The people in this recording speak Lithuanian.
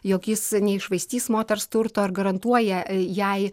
jog jis neiššvaistys moters turto ar garantuoja jai